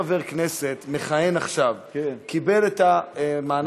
חבר הכנסת כהן, מאיר,